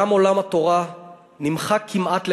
גם עולם התורה נמחק כמעט לגמרי.